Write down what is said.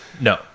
no